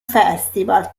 festival